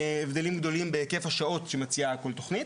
הבדלים גדולים בהיקף השעות שמציעה כל תוכנית.